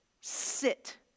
sit